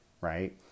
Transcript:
right